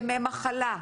ימי מחלה,